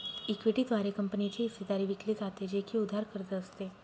equity द्वारे कंपनीची हिस्सेदारी विकली जाते, जे की उधार कर्ज असते